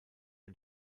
ein